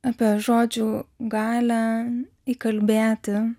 apie žodžių galią įkalbėti